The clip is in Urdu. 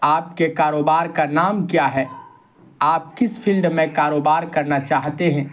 آپ کے کاروبار کا نام کیا ہے آپ کس فیلڈ میں کاروبار کرنا چاہتے ہیں